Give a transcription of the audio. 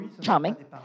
charming